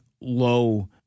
low